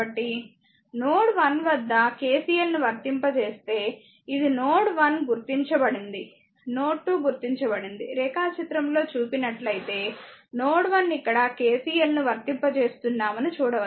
కాబట్టి నోడ్ 1వద్ద KCL ను వర్తింపజేస్తే ఇది నోడ్ 1 గుర్తించబడింది నోడ్ 2 గుర్తించబడింది రేఖాచిత్రం లో చూసినట్లయితే నోడ్ 1 ఇక్కడ KCL ను వర్తింపజేస్తున్నామని చూడవచ్చు